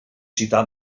citar